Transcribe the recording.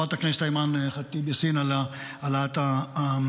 אני מודה לחברת הכנסת אימאן ח'טיב יאסין על העלאת הנושא.